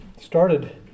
started